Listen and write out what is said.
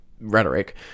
rhetoric